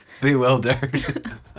bewildered